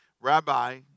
Rabbi